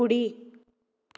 हुडी